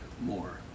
more